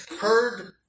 heard